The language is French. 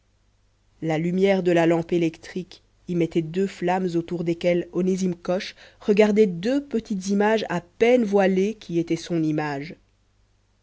la lumière de la lampe électrique y mettait deux flammes autour desquelles onésime coche regardait deux petites images à peine voilées qui étaient son image